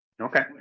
Okay